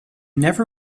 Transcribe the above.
never